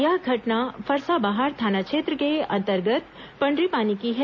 यह घटना फरसाबहार थाना क्षेत्र के अंतर्गत पंडरीपानी की है